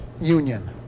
union